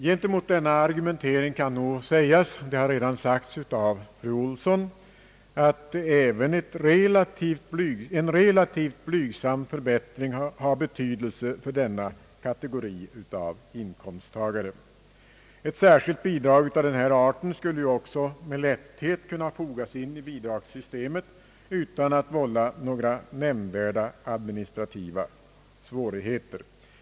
Gentemot denna argumentering kan sägas — fru Olsson har redan gjort det — att även en relativt blygsam förbättring har betydelse för denna kategori av inkomsttagare. Ett särskilt bidrag av den här arten skulle också med lätthet kunna fogas in i bidragssystemet; det skulle inte vålla några nämnvärda administrativa svårigheter.